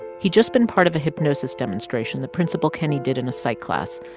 he'd just been part of a hypnosis demonstration that principal kenney did in a psych class,